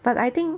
but I think